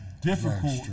difficult